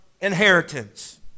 inheritance